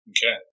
Okay